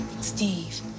Steve